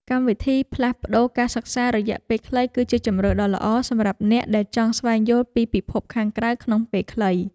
កម្មវិធីផ្លាស់ប្តូរការសិក្សារយៈពេលខ្លីគឺជាជម្រើសដ៏ល្អសម្រាប់អ្នកដែលចង់ស្វែងយល់ពីពិភពខាងក្រៅក្នុងពេលខ្លី។